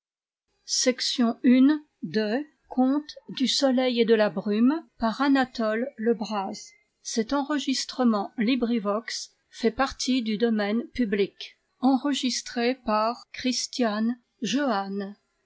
du soleil et de la brume reine anne marguerite et robert le